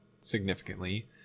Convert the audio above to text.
significantly